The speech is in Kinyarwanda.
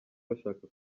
bashaka